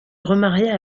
remaria